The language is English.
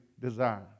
desire